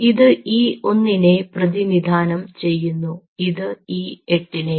ഇത് E 1 നെ പ്രതിനിധാനം ചെയ്യുന്നു ഇത് E8 നെയും